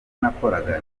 nakoraga